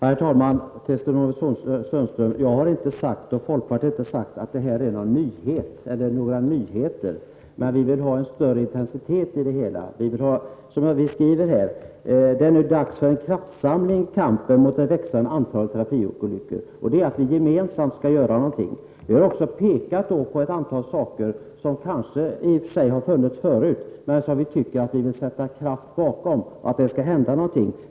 Herr talman! Varken jag eller folkpartiet har sagt, Sten-Ove Sundström, att det här är fråga om någon nyhet. Vad vi vill är att det skall vara en större intensitet. Vi skriver i reservationen att det nu är dags för en kraftsamling i kampen mot ökningen av antalet trafikolyckor. Denna kraftsamling innebär att vi gemensamt bör göra något. Vi har pekat på ett antal saker som kanske i och för sig har funnits med förut men som vi tycker att man borde sätta kraft bakom för att det skall hända någonting.